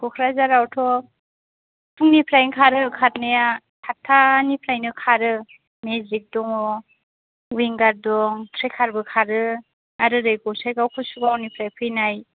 क'क्राझारावथ' फुंनिफ्रायनो खारो खारनाया साटटानिफ्रायनो खारो मेजिक दङ उइंगार दं ट्रेकारबो खारो आर ओरै गसाइगाव कसुगावनिफ्राय फैनाय